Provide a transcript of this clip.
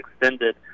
extended